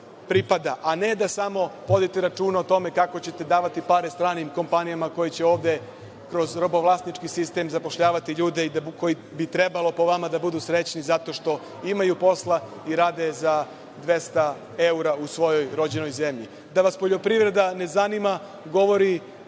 pripada, a ne da samo vodite računa o tome kako ćete davati pare stranim kompanijama koje će ovde kroz robovlasnički sistem zapošljavati ljude i koji bi trebalo, po vama, da budu srećni zato što imaju posla i rade za 200 evra u svojoj rođenoj zemlji. Da vas poljoprivreda ne zanima govori